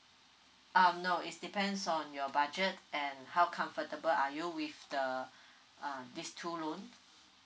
um no is depends on your budget and how comfortable are you with the uh these two loan